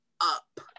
up